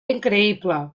increïble